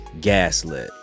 Gaslit